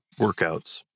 workouts